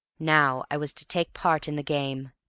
now i was to take part in the game.